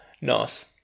Nice